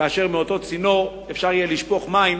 כאשר מאותו צינור אפשר יהיה לשפוך מים